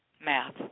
math